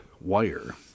wire